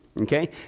okay